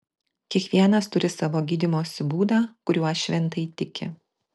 kiekvienas turi savo gydymosi būdą kuriuo šventai tiki